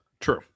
True